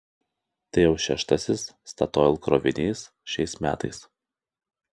tai jau šeštasis statoil krovinys šiais metais